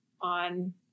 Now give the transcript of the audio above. on